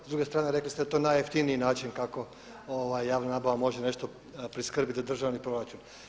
S druge strane rekli ste da je to najjeftiniji način kako javna nabava može nešto priskrbiti u državni proračun.